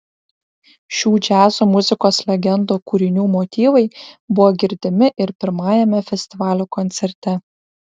šių džiazo muzikos legendų kūrinių motyvai buvo girdimi ir pirmajame festivalio koncerte